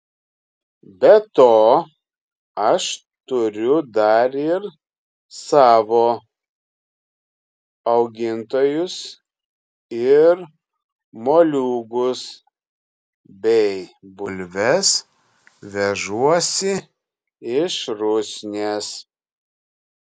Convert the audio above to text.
be to aš turiu dar ir savo augintojus ir moliūgus bei bulves vežuosi iš rusnės